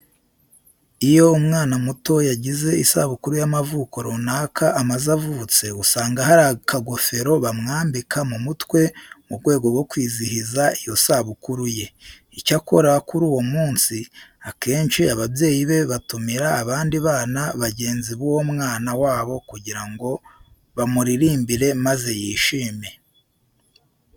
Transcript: Iyo umwana muto yagize isabukuru y'imyaka runaka amaze avutse usanga hari akagofero bamwambika mu mutwe mu rwego rwo kwizihiza iyo sabukuru ye. Icyakora kuri uwo munsi akenshi ababyeyi be batumira abandi bana bagenzi b'uwo mwana wabo kugira ngo bamuririmbire maze yishime.